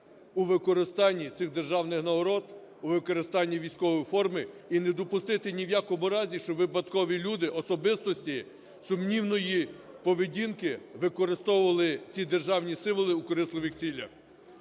у використанні цих державних нагород, у використанні військової форми і не допустити ні в якому разі, щоб випадкові люди, особистості сумнівної поведінки використовували ці державні символи у корисливих цілях.